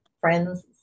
friends